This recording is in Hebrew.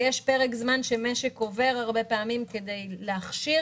יש פרק זמן שמשק עובר הרבה פעמים כדי להכשיר